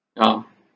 yeah